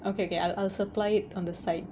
okay okay I'll I'll supply it on the side